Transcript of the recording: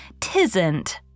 tisn't